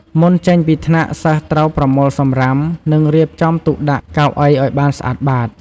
មុនចេញពីថ្នាក់ សិស្សត្រូវប្រមូលសំរាម និង រៀបចំទុកដាក់កៅអីឱ្យបានស្អាតបាត។